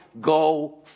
go